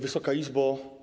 Wysoka Izbo!